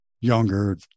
younger